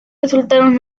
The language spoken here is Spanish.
resultaron